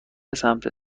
سمت